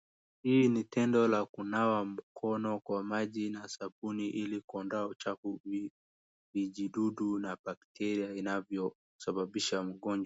Hii ni tendo la kunawa mikono kwa maji na sabuni ili kuondoa uchaafu, vijidudu na bakteria vinanvyosababisha magonjwa.